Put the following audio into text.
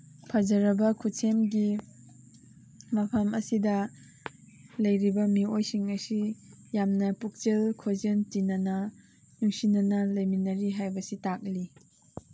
ꯐꯖꯔꯕ ꯈꯨꯠꯁꯦꯝꯒꯤ ꯃꯐꯝ ꯑꯁꯤꯗ ꯂꯩꯔꯤꯕ ꯃꯤꯑꯣꯏꯁꯤꯡ ꯑꯁꯤ ꯌꯥꯝꯅ ꯄꯨꯛꯆꯦꯜ ꯈꯣꯏꯖꯦꯜ ꯇꯤꯟꯅꯅ ꯅꯨꯡꯁꯤꯅꯅ ꯂꯩꯃꯤꯟꯅꯔꯤ ꯍꯥꯏꯕꯁꯤ ꯇꯥꯛꯂꯤ